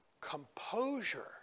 composure